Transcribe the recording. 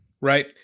Right